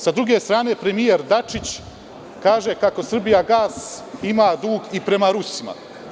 S druge strane, premijer Dačić kaže kako „Srbijagas“ ima dug i prema Rusima.